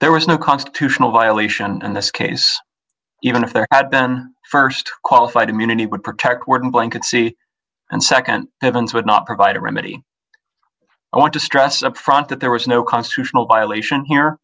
there was no constitutional violation in this case even if there had been st qualified immunity would protect cordon blanket c and nd heavens would not provide a remedy i want to stress upfront that there was no constitutional violation here